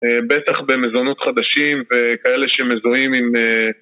בטח במזונות חדשים וכאלה שמזוהים עם...